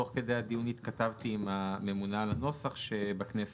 תוך כדי הדיון התכתבתי עם הממונה על הנוסח בכנסת,